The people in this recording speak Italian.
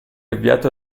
avviato